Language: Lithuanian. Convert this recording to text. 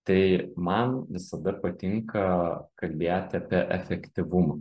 tai man visada patinka kalbėti apie efektyvumą